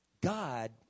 God